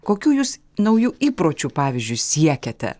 kokių jūs naujų įpročių pavyzdžiui siekiate